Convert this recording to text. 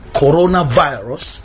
coronavirus